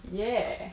ya